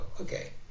Okay